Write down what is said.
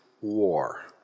war